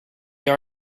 are